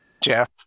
jeff